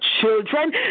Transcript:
children